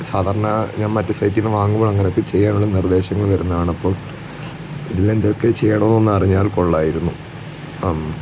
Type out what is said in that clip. സാധാരണ ഞാൻ മറ്റു സൈറ്റിൽ നിന്ന് വാങ്ങുമ്പോൾ അങ്ങനെയൊക്കെ ചെയ്യാനുള്ള നിർദ്ദേശങ്ങൾ തരുന്നതാണ് അപ്പോൾ ഇതിനെന്തൊക്കെ ചെയ്യണമെന്ന് അറിഞ്ഞാൽ കൊള്ളാമായിരുന്നു